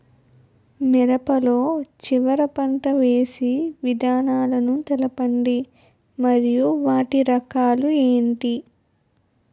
మిరప లో చివర పంట వేసి విధానాలను తెలపండి మరియు వాటి రకాలు ఏంటి